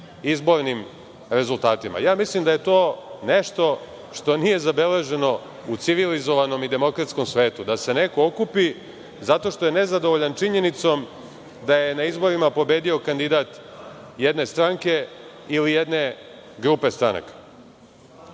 izbornim rezultatima. Ja mislim da je to nešto što nije zabeleženo u civilizovanom i demokratskom svetu, da se neko okupi zato što je nezadovoljan činjenicom da je na izborima pobedio kandidat jedne stranke ili jedne grupe stranaka. Ovo